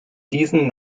diesen